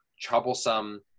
troublesome